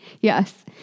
Yes